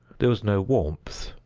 there was no warmth.